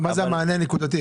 מה זה המענה הנקודתי?